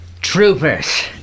Troopers